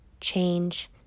change